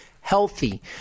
healthy